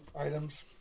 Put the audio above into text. items